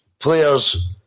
players